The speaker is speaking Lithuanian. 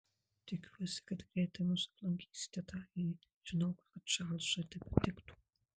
tikiuosi kad greitai mus aplankysite tarė ji žinau kad čarlzui tai patiktų